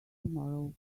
tomorrow